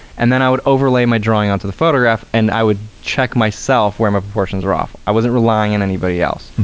and then, i would overlay my drawing onto the photograph and i would check myself where my proportions are off. i wasn't relying in anybody else.